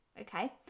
Okay